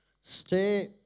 stay